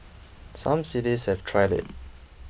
some cities have tried it